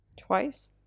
Twice